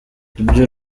ibyo